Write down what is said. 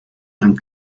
and